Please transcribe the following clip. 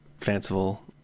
fanciful